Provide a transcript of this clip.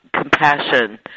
compassion